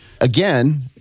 again